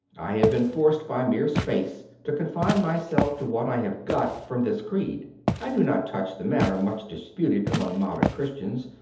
i have been forced by mere space to confine myself to what i have got from this creed i do not touch the matter much disputed among modern christians,